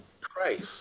Christ